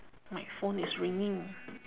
my phone is ringing